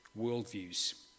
worldviews